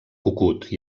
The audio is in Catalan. cucut